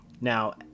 now